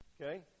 Okay